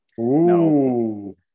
No